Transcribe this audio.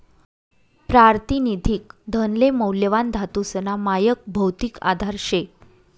प्रातिनिधिक धनले मौल्यवान धातूसना मायक भौतिक आधार शे